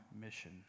mission